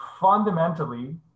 fundamentally